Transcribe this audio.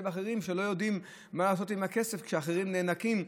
ואחרות כשלא יודעים מה לעשות עם הכסף כשאחרים נאנקים,